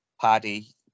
Paddy